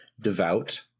devout